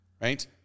right